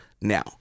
Now